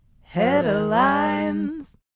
Headlines